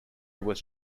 was